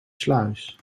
sluis